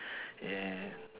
eh